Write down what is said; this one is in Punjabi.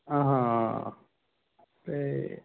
ਆ ਹਾਂ ਅਤੇ